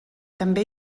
també